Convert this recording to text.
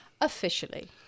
Officially